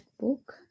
book